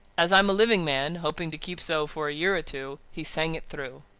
as i'm a living man, hoping to keep so for a year or two, he sang it through.